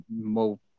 Mo